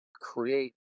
create